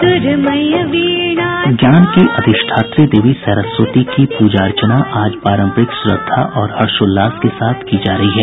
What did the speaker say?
ज्ञान की अधिष्ठात्री देवी सरस्वती की प्रजा अर्चना आज पारम्परिक श्रद्धा और हर्षोल्लास के साथ की जा रही है